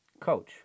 coach